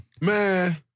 man